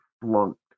flunked